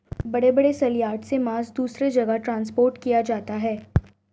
बड़े बड़े सलयार्ड से मांस दूसरे जगह ट्रांसपोर्ट किया जाता है